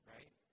Right